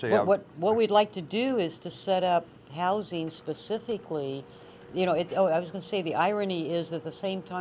know what what we'd like to do is to set up housing specifically you know if i was going say the irony is that the same time